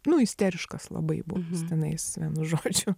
nu isteriškas labai buvo jis tenais vienu žodžiu